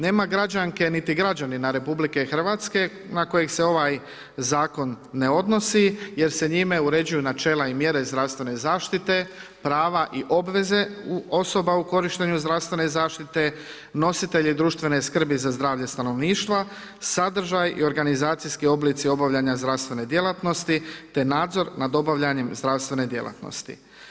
Nema građanke niti građanina Republike Hrvatske na kojih se ovaj Zakon ne odnosi jer se njime uređuju načela i mjere zdravstvene zaštite, prava i obveze u osoba u korištenju zdravstvene zaštite, nositelji društvene skrbi za zdravlje stanovništva, sadržaj i organizacijski oblici obavljanja zdravstvene djelatnosti te nadzor nad obavljanjem zdravstvene djelatnosti.